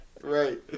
Right